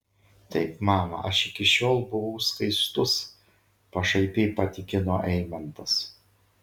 taip mama aš iki šiol buvau skaistus pašaipiai patikino eimantas